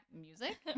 music